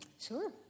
Sure